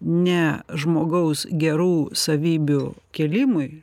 ne žmogaus gerų savybių kėlimui